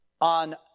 on